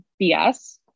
BS